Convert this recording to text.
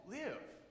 live